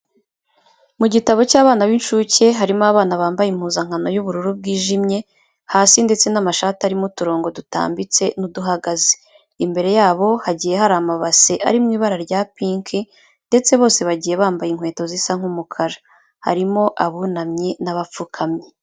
Mu gitabo cy'abana b'inshuke harimo abana bambaye impuzankano y'ubururu bwijimye hasi ndetse n'amashati arimo uturongo dutambitse n'uduhagaze. Imbere yabo hagiye hari amabase ari mu ibara rya pinki ndetse bose bagiye bambaye inkweto zisa nk'umukara. Harimo abunamye n'abapfukamye.